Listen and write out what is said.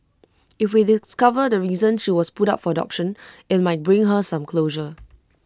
if we discover the reason she was put up for adoption IT might bring her some closure